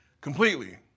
completely